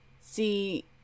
see